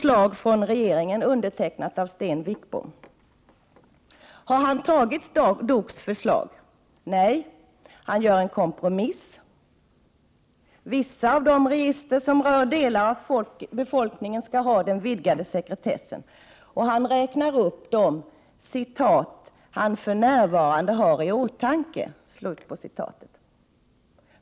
Så kommer då regeringens förslag, undertecknat av Sten Wickbom. Har han tagit DOK:s förslag? Nej, han gör en kompromiss. Vissa av de register som rör delar av befolkningen skall ha den vidgade sekretessen. Han räknar upp dem som han ”för närvarande har i åtanke”.